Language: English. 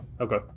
Okay